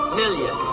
million